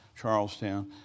Charlestown